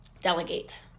Delegate